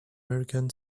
american